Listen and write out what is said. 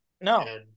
No